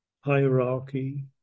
hierarchy